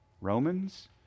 Romans